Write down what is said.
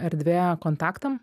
erdvė kontaktam